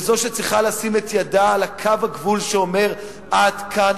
והיא שצריכה לשים את ידה על קו הגבול שאומר: עד כאן,